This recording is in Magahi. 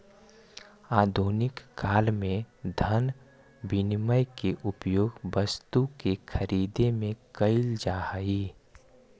आधुनिक काल में धन विनिमय के उपयोग वस्तु के खरीदे में कईल जा हई